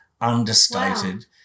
understated